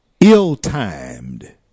ill-timed